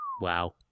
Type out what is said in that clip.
Wow